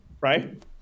right